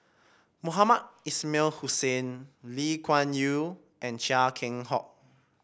Mohamed Ismail Hussain Lee Kuan Yew and Chia Keng Hock